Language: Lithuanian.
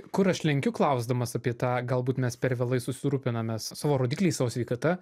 kur aš lenkiu klausdamas apie tą galbūt mes per vėlai susirūpiname savo rodikliais savo sveikata